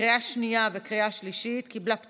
שהחזירה ועדת